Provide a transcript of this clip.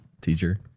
teacher